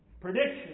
prediction